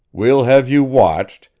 we'll have you watched,